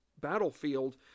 battlefield